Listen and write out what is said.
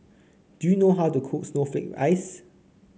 do you know how to cook Snowflake Ice